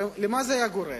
הרי למה זה היה גורם?